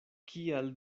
kial